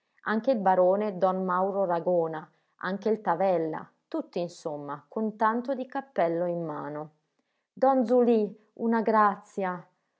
anche il barone don mauro ragona anche il tavella tutti insomma con tanto di cappello in mano don zulì una grazia